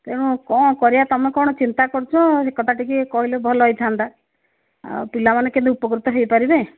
ତେଣୁ କ'ଣ କରିବା ତୁମେ କ'ଣ ଚିନ୍ତା କରୁଛ ସେ କଥା ଟିକେ କହିଲେ ଭଲ ହେଇଥାନ୍ତା ଆଉ ପିଲାମାନେ କେମିତି ଉପକୃତ ହେଇପାରିବେ